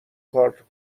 کارت